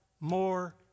more